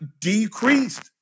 decreased